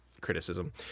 criticism